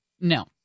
No